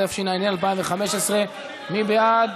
התשע"ה 2015. מי בעד?